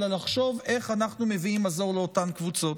אלא לחשוב איך אנחנו מביאים מזור לאותן קבוצות.